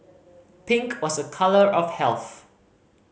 pink was a colour of health